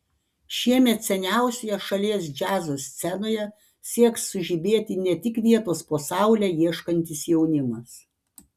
šiemet seniausioje šalies džiazo scenoje sieks sužibėti ne tik vietos po saule ieškantis jaunimas